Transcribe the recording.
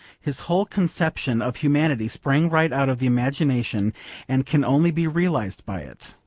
his whole conception of humanity sprang right out of the imagination and can only be realised by it.